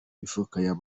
mifuka